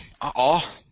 Uh-oh